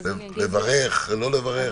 לברך, לא לברך?